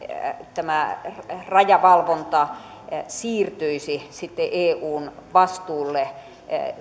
tämä rajavalvonta siirtyisi sitten eun vastuulle